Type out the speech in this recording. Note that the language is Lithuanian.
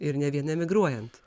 ir ne vien emigruojant